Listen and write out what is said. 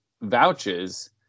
vouches